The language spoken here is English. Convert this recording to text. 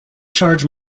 charge